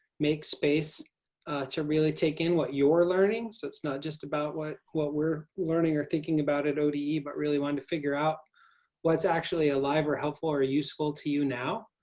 make space to really take in what you're learning, so it's not just about what what we're learning or thinking about it ode, but really wanted to figure out what's actually alive or helpful or useful to you now.